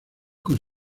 con